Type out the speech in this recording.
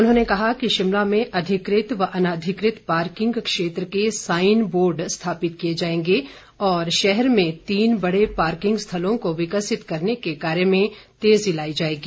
उन्होंने कहा कि शिमला में अधिकृत व अनाधिकृत पार्किंग क्षेत्र के साईन बोर्ड स्थापित किए जाएगें और शहर में तीन बड़े पार्किंग स्थलों को विकसित करने के कार्य में तेजी लाई जाएगी